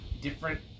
different